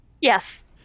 yes